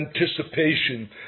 anticipation